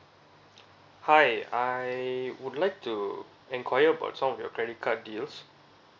hi I would like to enquire about some of your credit card deals